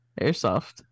airsoft